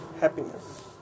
Happiness